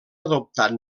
adoptat